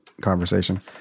conversation